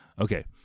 okay